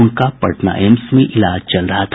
उनका पटना एम्स में इलाज चल रहा था